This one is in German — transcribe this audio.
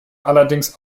allerdings